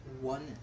One